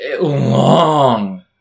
long